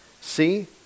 See